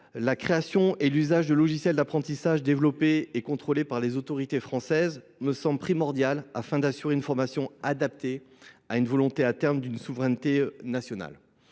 La création et l'usage de logiciels d'apprentissage développés et contrôlés par les autorités françaises me semble primordial afin d'assurer une formation adaptée à une volonté à terme d'une souveraineté nationale.